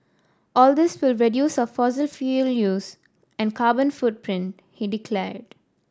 all this will reduce our fossil fuel use and carbon footprint he declared